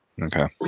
okay